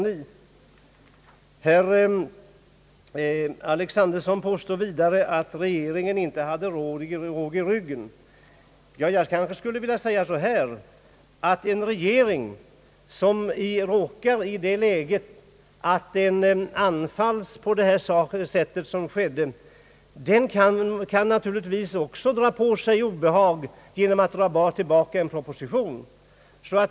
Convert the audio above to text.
Herr Alexanderson påstår vidare att regeringen inte hade råg i ryggen. Jag skulle vilja säga så här: En regering som råkar i det läget att den anfalls på det sätt som skedde, kan naturligtvis också dra på sig obehag genom att dra tillbaka en proposition.